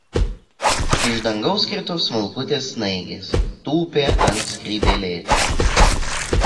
iš dangaus krito smulkutės snaigės tūpė ant skrybėlės